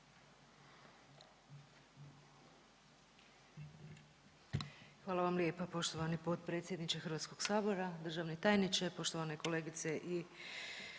Hvala vam lijepa poštovani potpredsjedniče HS, poštovani državni tajniče, uvažene kolegice i